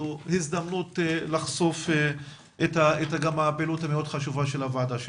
וזאת הזדמנות לחשוף את הפעילות החשובה מאוד של הוועדה שלך.